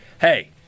Hey